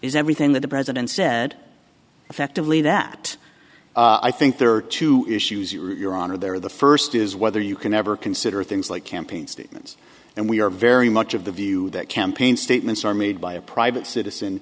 is everything that the president said effectively that i think there are two issues you're on are there the first is whether you can ever consider things like campaign statements and we are very much of the view that campaign statements are made by a private citizen